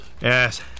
yes